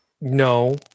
no